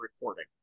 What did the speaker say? recording